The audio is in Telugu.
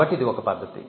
కాబట్టి ఇది ఒక పద్ధతి